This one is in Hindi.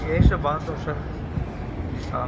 एक से बाद स दिशा में